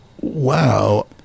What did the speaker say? wow